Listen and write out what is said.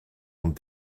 ond